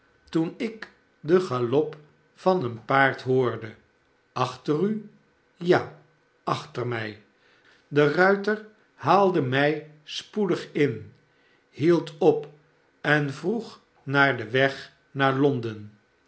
toen ik den galop van een paard hoorde achter u sj a achter mij de ruiter haalde mij spoedig in hield op en vroeg naar den weg naar londen